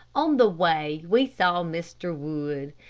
on the way we saw mr. wood.